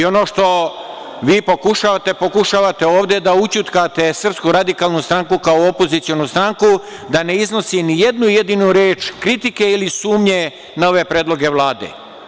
Ono što vi pokušavate, pokušavate ovde da ućutkate SRS kao opozicionu stranku da ne iznosi ni jednu jedinu reč kritike ili sumnje na ove predloge Vlade.